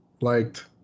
liked